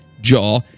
jaw